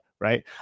right